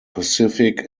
pacific